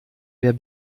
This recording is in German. wer